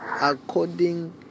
according